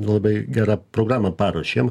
labai gerą programą paruošėm